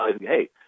hey